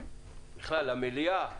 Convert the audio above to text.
בכלל למליאה,